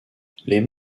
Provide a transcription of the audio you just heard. les